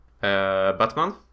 Batman